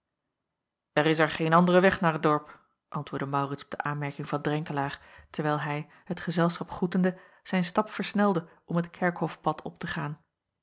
er is er geen andere weg naar t dorp antwoordde maurits op de aanmerking van drenkelaer terwijl hij het gezelschap groetende zijn stap versnelde om het kerkhofpad op te gaan